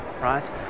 right